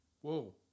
Whoa